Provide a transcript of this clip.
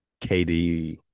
KD